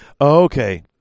Okay